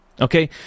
Okay